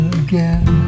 again